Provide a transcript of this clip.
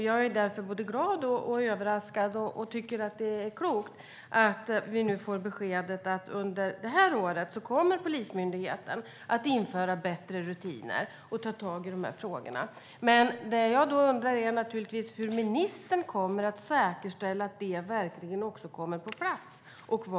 Jag är därför både glad och överraskad över att vi nu får beskedet att Polismyndigheten under det här året kommer att införa bättre rutiner och ta tag i de här frågorna. Jag tycker att det är klokt. Det jag undrar är naturligtvis hur ministern kommer att säkerställa att det som krävs verkligen kommer på plats.